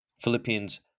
Philippians